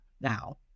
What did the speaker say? now